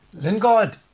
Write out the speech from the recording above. Lingard